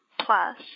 plus